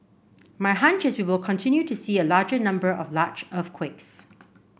my hunch is we will continue to see a larger number of large earthquakes